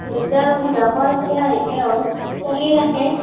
যেতিয়া সুবিধা পোৱা তেতিয়া আহিলে হ'ল চলি থাকে